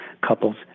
couples